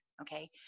Okay